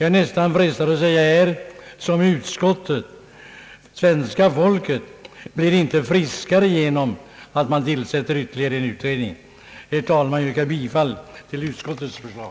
Jag är nästan frestad att säga här som jag sade i utskottet, att svenska folket inte blir friskare av att vi tillsätter flera utredningar. Herr talman! Jag yrkar bifall till utskottets förslag.